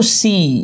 see